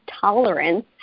tolerance